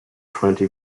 twenty